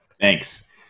Thanks